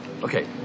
Okay